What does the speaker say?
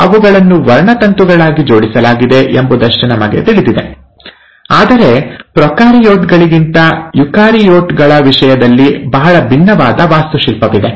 ಅವುಗಳನ್ನು ವರ್ಣತಂತುಗಳಾಗಿ ಜೋಡಿಸಲಾಗಿದೆ ಎಂಬುದಷ್ಟೇ ನಮಗೆ ತಿಳಿದಿದೆ ಆದರೆ ಪ್ರೊಕಾರಿಯೋಟ್ ಗಳಿಗಿಂತ ಯುಕಾರಿಯೋಟ್ ಗಳ ವಿಷಯದಲ್ಲಿ ಬಹಳ ಭಿನ್ನವಾದ ವಾಸ್ತುಶಿಲ್ಪವಿದೆ